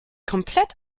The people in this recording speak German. komplett